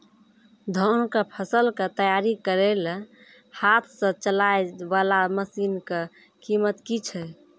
धान कऽ फसल कऽ तैयारी करेला हाथ सऽ चलाय वाला मसीन कऽ कीमत की छै?